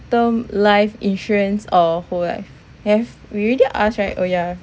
term life insurance or what have we already ask right oh yeah